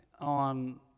on